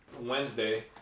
Wednesday